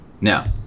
Now